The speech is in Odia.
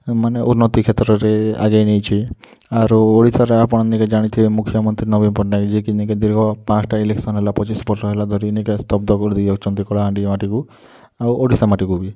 ମାନେ ଉନ୍ନତି କ୍ଷେତ୍ରରେ ଆଗେଇ ନେଇଛି ଆରୁ ଓଡ଼ିଶାରୁ ଆପଣ ନି କେ ଜାଣି ଥିବେ ମୁଖ୍ୟମନ୍ତ୍ରୀ ନବୀନ ପଟ୍ଟନାୟକ ଯେ କି ଦୀର୍ଘ ପାଞ୍ଚ୍ଟା ଇଲେକ୍ସନ୍ ହେଲା ପଚିଶି ବର୍ଷ ହେଲା ଧରି ନି କା ସ୍ତବ୍ଧ କରି ଯାଉଛନ୍ତି କଳାହାଣ୍ଡି ମାଟିକୁ ଆଉ ଓଡ଼ିଶା ମାଟିକୁ ବି